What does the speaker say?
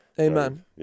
Amen